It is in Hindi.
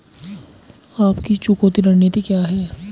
आपकी चुकौती रणनीति क्या है?